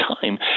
time